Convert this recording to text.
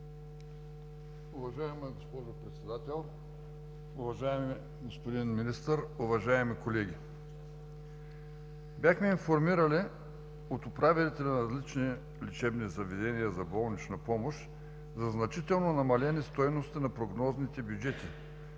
Уважаема госпожо Председател, уважаеми господин Министър, уважаеми колеги! Бяхме информирани от управителите на различни лечебни заведения за болнична помощ за значително намалени стойности на прогнозните бюджети